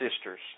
sisters